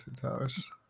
Towers